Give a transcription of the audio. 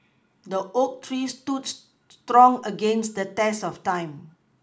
the oak tree stood strong against the test of time